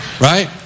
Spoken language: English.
Right